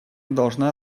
должна